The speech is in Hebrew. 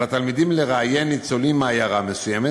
על התלמידים לראיין ניצולים מעיירה מסוימת,